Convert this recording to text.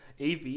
av